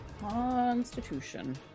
Constitution